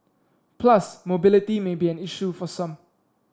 plus mobility may be an issue for some